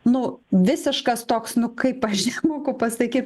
nu visiškas toks nu kaip aš nemoku pasakyt